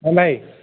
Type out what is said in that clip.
ନଁ ନାଇଁ